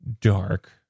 dark